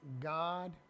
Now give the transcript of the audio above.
God